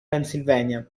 pennsylvania